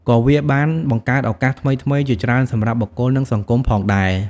ក៏វាបានបង្កើតឱកាសថ្មីៗជាច្រើនសម្រាប់បុគ្គល និងសង្គមផងដែរ។